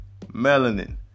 Melanin